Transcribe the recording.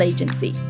Agency